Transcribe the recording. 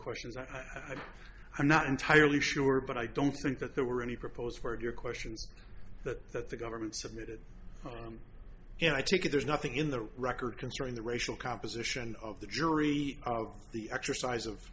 questions i i'm not entirely sure but i don't think that there were any proposed for your questions that that the government submitted own and i take it there's nothing in the record concerning the racial composition of the jury the exercise of